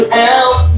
help